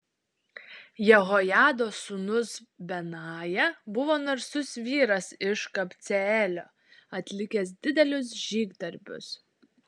jehojados sūnus benaja buvo narsus vyras iš kabceelio atlikęs didelius žygdarbius